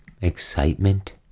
excitement